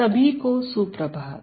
सभी को सुप्रभात